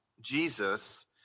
Jesus